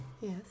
Yes